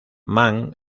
mann